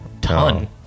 ton